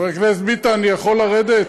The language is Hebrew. חבר הכנסת ביטן, אני יכול לרדת?